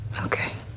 Okay